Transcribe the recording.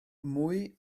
mwy